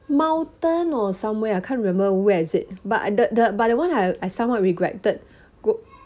mountain or somewhere I can't remember where is it but the the but the one I I somewhat regretted go~